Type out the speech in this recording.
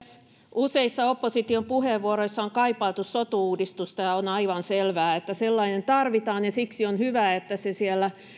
useissa opposition puheenvuoroissa on kaipailtu sotu uudistusta ja on aivan selvää että sellainen tarvitaan ja siksi on hyvä että se siellä